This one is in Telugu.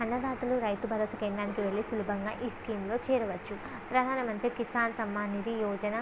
అన్నదాతలు రైతు భరోసా కేంద్రానికి వెళ్ళి సులభంగా ఈ స్కీంలో చేరవచ్చు ప్రధానమంత్రి కిసాన్ సమ్మాన్ నిది యోజన